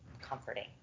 comforting